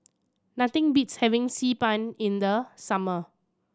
nothing beats having Xi Ban in the summer